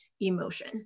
emotion